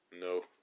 No